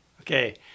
Okay